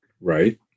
right